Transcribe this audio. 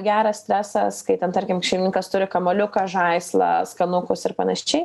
geras stresas kai ten tarkim šeimininkas turi kamuoliuką žaislą skanukus ir panašiai